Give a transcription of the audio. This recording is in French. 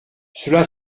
cela